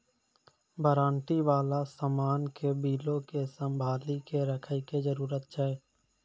warranty बाला समान के बिलो के संभाली के रखै के जरूरत छै